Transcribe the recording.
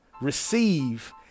receive